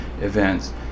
events